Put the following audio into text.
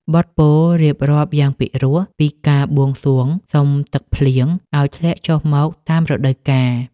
បទពោលរៀបរាប់យ៉ាងពិរោះពីការបួងសួងសុំទឹកភ្លៀងឱ្យធ្លាក់ចុះមកតាមរដូវកាល។